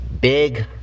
big